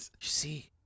see